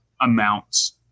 amounts